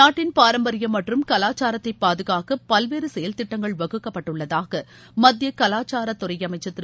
நாட்டின் பாரம்பரியம் மற்றும் கலாச்சாரத்தை பாதுகாக்க பல்வேறு செயல் திட்டங்கள் வகுக்கப்பட்டுள்ளதாக மத்திய கலாசாரத் துறை அமைச்சர் திரு